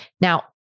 Now